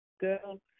girl